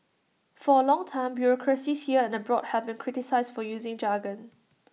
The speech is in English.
for A long time bureaucracies here and abroad have been criticised for using jargon